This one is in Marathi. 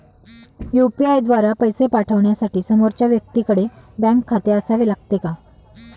यु.पी.आय द्वारा पैसे पाठवण्यासाठी समोरच्या व्यक्तीकडे बँक खाते असावे लागते का?